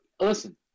listen